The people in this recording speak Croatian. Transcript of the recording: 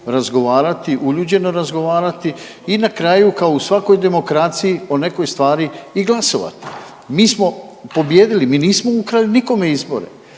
razgovarati, uljuđeno razgovarati i na kraju kao o svakoj demokraciji o nekoj stvari i glasovati. Mi smo pobijedili, mi nismo ukrali nikome izbore,